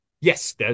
Yes